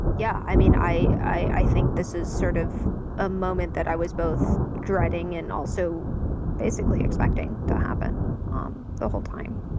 yeah, i mean, i i think this is sort of a moment that i was both dreading and also basically expecting to happen um the whole time.